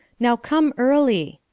now come early.